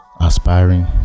Aspiring